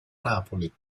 napoli